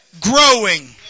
growing